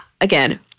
Again